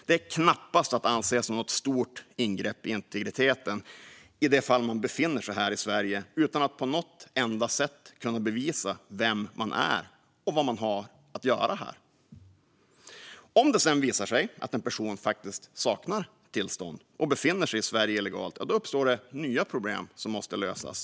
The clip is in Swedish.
Det är knappast att anse som något stort ingrepp i integriteten i det fall någon befinner sig här utan att på något enda sätt kunna bevisa sin identitet och anledning att vara här. Om det sedan visar sig att en person faktiskt saknar tillstånd och befinner sig i Sverige illegalt uppstår nya problem som måste lösas.